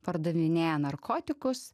pardavinėja narkotikus